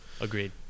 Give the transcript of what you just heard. agreed